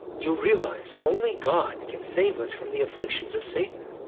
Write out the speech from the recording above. you'll realize only god can save us from the afflictions of satan.